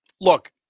look